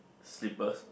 slippers